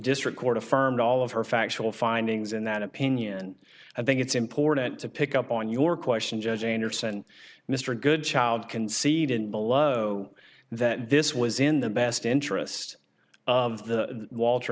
district court affirmed all of her factual findings in that opinion i think it's important to pick up on your question jane or send mr goodchild conceded below that this was in the best interest of the walter